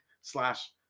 slash